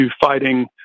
fighting